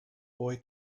boy